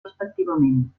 respectivament